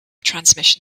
transmission